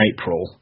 April